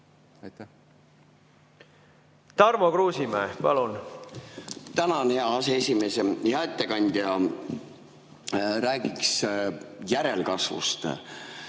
Tarmo Kruusimäe, palun! Tänan, hea aseesimees! Hea ettekandja! Räägiks järelkasvust.